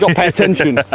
um pay attention.